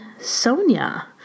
Sonia